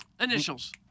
Initials